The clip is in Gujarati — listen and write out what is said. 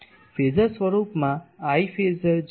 ફેઝર સ્વરૂપમાં I phasor j omega q phasor છે